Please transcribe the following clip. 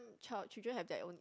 child children have their own